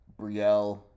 Brielle